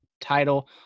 title